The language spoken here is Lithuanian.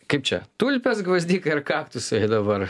kaip čia tulpės gvazdikai ar kaktusai dabar